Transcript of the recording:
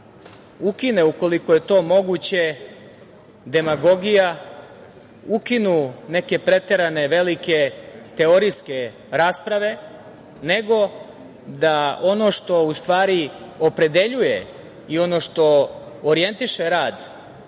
ukine, ukoliko je to moguće, demagogija, ukinu neke preterane velike teorijske rasprave, nego da ono što u stvari opredeljuje i ono što orijentiše rad